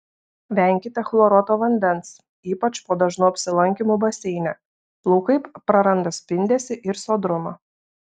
venkite chloruoto vandens ypač po dažnų apsilankymų baseine plaukai praranda spindesį ir sodrumą